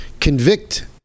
convict